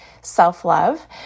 self-love